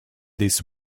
this